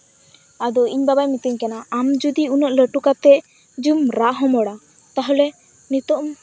ᱟᱫᱚ ᱤᱧ ᱵᱟᱵᱟᱭ ᱢᱤᱛᱟᱹᱧ ᱠᱟᱱᱟ ᱟᱢ ᱡᱩᱫᱤ ᱩᱱᱟᱹᱜ ᱞᱟᱴᱩ ᱠᱟᱛᱮ ᱡᱩᱫᱤᱢ ᱨᱟᱜ ᱦᱚᱢᱚᱨᱟ ᱛᱟᱦᱞᱮ ᱱᱤᱛᱳᱜ